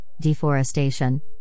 deforestation